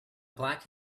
black